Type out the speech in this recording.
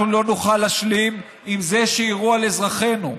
אנחנו לא נוכל להשלים עם זה שיירו על אזרחינו,